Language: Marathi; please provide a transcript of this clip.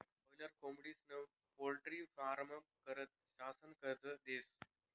बाॅयलर कोंबडीस्ना पोल्ट्री फारमं करता शासन कर्ज देस